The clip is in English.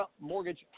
Mortgage